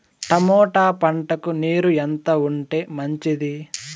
Tomato పంటకు నీరు ఎంత ఉంటే మంచిది?